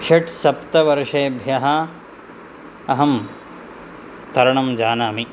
षट्सप्तवर्षेभ्यः अहं तरणं जानामि